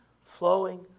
flowing